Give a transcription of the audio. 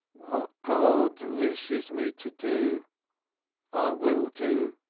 what god wishes me to do i will do,